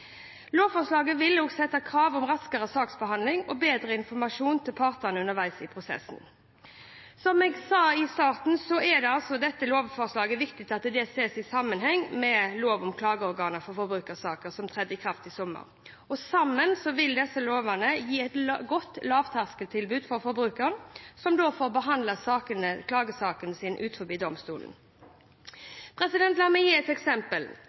Lovforslaget vil også sette krav om raskere saksbehandling og bedre informasjon til partene underveis i prosessen. Som jeg sa i starten, er det viktig at dette lovforslaget ses i sammenheng med lov om klageorganer for forbrukersaker, som trådte i kraft sist sommer. Sammen vil disse lovene gi et godt lavterskeltilbud for forbrukerne, som da får behandlet klagesaker utenfor domstolene. La meg gi et eksempel.